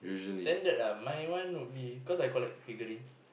standard my one will be cause I collect figurines